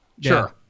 Sure